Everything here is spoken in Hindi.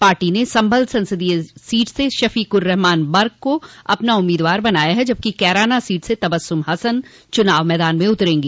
पार्टी ने संभल संसदीय सीट से शफ़ीक उर रहमान बर्क़ को अपना उम्मीदवार बनाया है जबकि कैराना सीट से तबस्सुम हसन चुनाव मैदान में उतरेंगी